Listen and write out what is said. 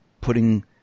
putting